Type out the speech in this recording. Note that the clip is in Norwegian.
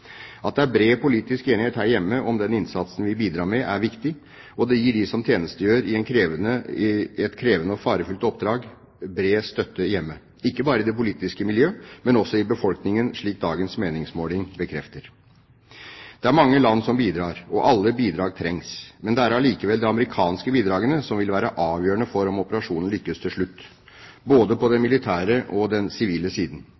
At det er bred politisk enighet her hjemme om den innsatsen vi bidrar med, er viktig. Det gir dem som tjenestegjør i et krevende og farefullt oppdrag, bred støtte hjemme, ikke bare i det politiske miljøet, men også i befolkningen, slik dagens meningsmåling bekrefter. Det er mange land som bidrar, og alle bidrag trengs. Det er allikevel de amerikanske bidragene som vil være avgjørende for om operasjonen lykkes til slutt – på både den militære og den sivile siden.